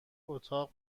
اتاق